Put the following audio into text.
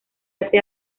hace